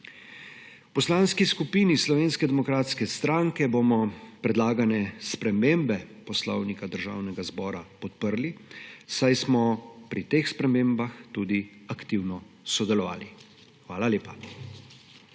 V Poslanski skupini Slovenske demokratske stranke bomo predlagane spremembe Poslovnika državnega zbora podprli, saj smo pri teh spremembah tudi aktivno sodelovali. Hvala lepa.